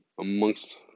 amongst